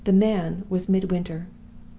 the man was midwinter.